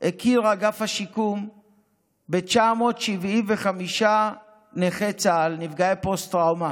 הכיר אגף השיקום ב-975 נכי צה"ל נפגעי פוסט-טראומה,